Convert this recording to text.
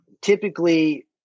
typically